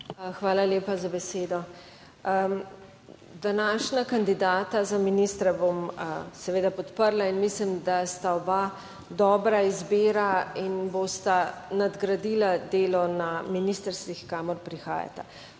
Hvala lepa za besedo. Današnja kandidata za ministra bom seveda podprla in mislim, da sta oba dobra izbira in bosta nadgradila delo na ministrstvih kamor prihajata.